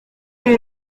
iyi